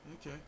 Okay